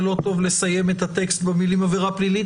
לא טוב לסיים את הטקסט במלים "עבירה פלילית".